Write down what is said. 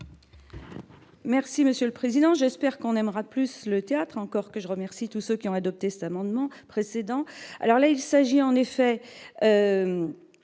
Merci monsieur le président, j'espère qu'on aimera plus le théâtre, encore que je remercie tous ceux qui ont adopté cet amendement précédent alors là il s'agit en effet